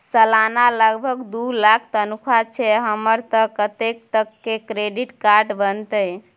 सलाना लगभग दू लाख तनख्वाह छै हमर त कत्ते तक के क्रेडिट कार्ड बनतै?